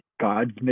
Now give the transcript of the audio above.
God's